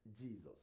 Jesus